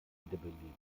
wiederbelebung